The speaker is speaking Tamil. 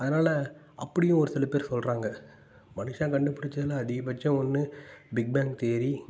அதனால அப்படியும் ஒரு சில பேர் சொல்கிறாங்க மனுஷன் கண்டுபிடிச்சதுல அதிகபட்சம் ஒன்று பிக் பேங் தியரி